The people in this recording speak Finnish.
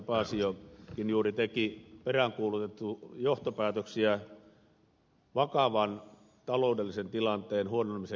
paasiokin juuri teki peräänkuulutettu johtopäätöksiä taloudellisen tilanteen vakavan huononemisen johdosta